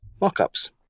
mock-ups